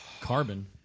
Carbon